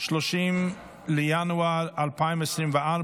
30 בינואר 2024,